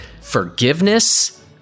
forgiveness